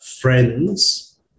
friends